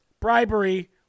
bribery